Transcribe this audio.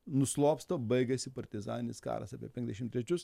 nuslopsta baigiasi partizaninis karas apie pendiašim trečius